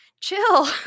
chill